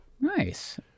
nice